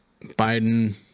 Biden